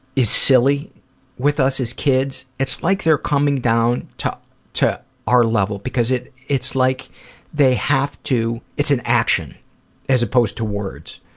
is silly with us as kids, it's like they're coming down to to our level because it's like they have to it's an action as opposed to words.